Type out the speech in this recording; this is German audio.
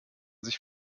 sich